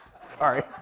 sorry